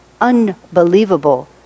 unbelievable